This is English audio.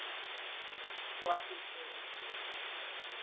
you know we collect these things to be used,